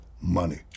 money